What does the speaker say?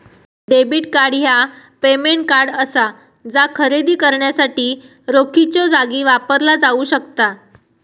debit card ह्या payment card असा जा खरेदी करण्यासाठी रोखीच्यो जागी वापरला जाऊ शकता